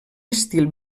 estil